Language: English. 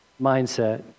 mindset